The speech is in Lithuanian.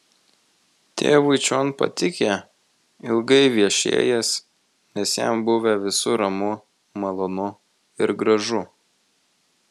tėvui čion patikę ilgai viešėjęs nes jam buvę visur ramu malonu ir gražu